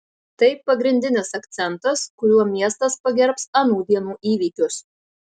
tai pagrindinis akcentas kuriuo miestas pagerbs anų dienų įvykius